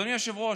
אדוני היושב-ראש,